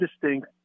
distinct